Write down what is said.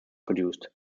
produced